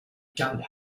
gully